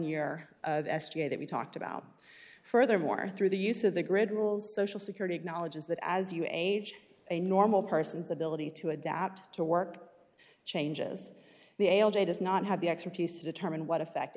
a that we talked about furthermore through the use of the grid rules social security knowledge is that as you age a normal person's ability to adapt to work changes the algae does not have the expertise to determine what effect